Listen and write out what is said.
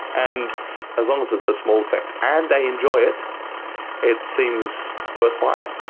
and as long as it's a small effect and they enjoy it it seems worthwhile.